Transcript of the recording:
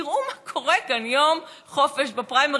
תראו מה קורה כאן: יום חופש בפריימריז.